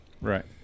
right